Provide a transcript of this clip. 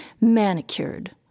manicured